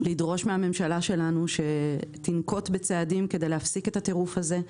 לדרוש מהממשלה שלנו שתנקוט בצעדים כדי להפסיק את הטירוף הזה.